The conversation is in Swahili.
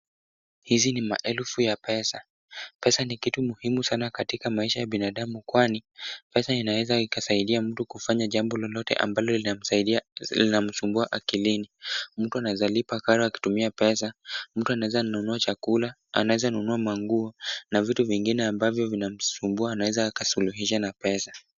Hizi ni maelfu ya pesa. Pesa ni kitu muhimu sana katika maisha ya binadamu, kwani pesa inaweza ikasaidia mtu kufanya jambo lolote ambalo linamsaidia, linamusumbua akilini. Mtu anaweza lipa karo akitumia pesa, mtu anaweza anunua chakula, anaweza anunua mangua, na vitu vingine ambavyo vinamsumbua anaweza akasuluhisha na pesa.